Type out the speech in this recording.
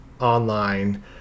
online